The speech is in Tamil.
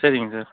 சரிங்க சார்